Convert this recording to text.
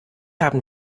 haben